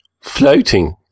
floating